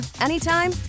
anytime